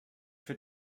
für